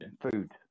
Food